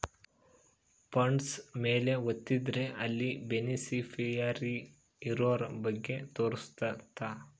funds ಮೇಲೆ ವತ್ತಿದ್ರೆ ಅಲ್ಲಿ ಬೆನಿಫಿಶಿಯರಿ ಇರೋರ ಬಗ್ಗೆ ತೋರ್ಸುತ್ತ